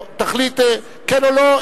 תחליט, כן או לא.